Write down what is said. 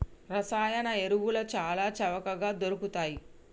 రసాయన ఎరువులు చాల చవకగ దొరుకుతయ్